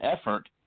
effort